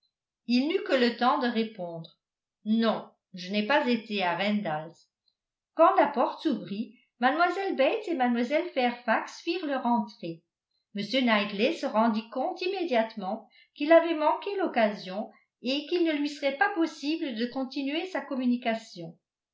il n'eut que le temps de répondre non je n'ai pas été à randalls quand la porte s'ouvrit mlle bates et mlle fairfax firent leur entrée m knightley se rendit compte immédiatement qu'il avait manqué l'occasion et qu'il ne lui serait pas possible de continuer sa communication